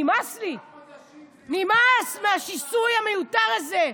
נמאס לי, שמונה חודשים, נמאס מהשיסוי המיותר הזה.